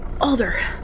Alder